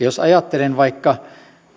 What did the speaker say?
jos ajattelen vaikka